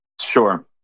Sure